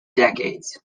decades